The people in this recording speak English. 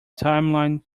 timeline